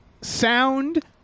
Sound